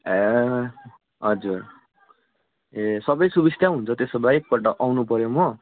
ए हजुर ए सबै सुबिस्तै हुन्छ त्यसो भए है एकपल्ट आउनु पर्यो मो